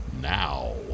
now